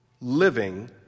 living